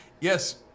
Yes